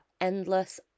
endless